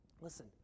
listen